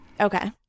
Okay